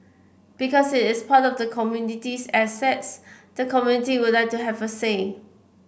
because it is part of the community's assets the community would like to have a say